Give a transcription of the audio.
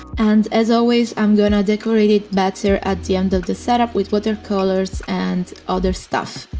and, as always, i'm gonna decorate it better at the end of the setup with watercolors and other stuff